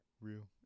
real